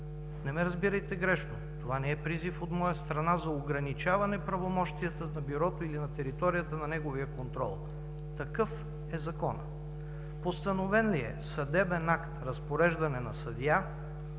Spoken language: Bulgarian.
Не ме разбирайте грешно, това не е призив от моя страна за ограничаване правомощията на Бюрото или на територията на неговия контрол. Такъв е законът. Постановен ли е съдебен акт, разпореждане на съдия,